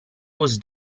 was